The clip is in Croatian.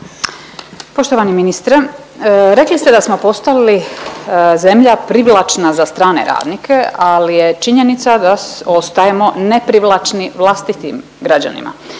Poštovani ministre rekli ste da smo postali zemlja privlačna za strane radnike, ali je činjenica da ostajemo neprivlačni vlastitim građanima.